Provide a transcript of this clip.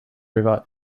river